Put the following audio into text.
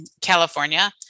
California